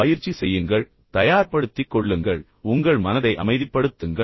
எனவே பயிற்சி செய்யுங்கள் தயார்படுத்திக் கொள்ளுங்கள் பின்னர் உங்கள் மனதை அமைதிப்படுத்துங்கள்